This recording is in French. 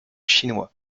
chinois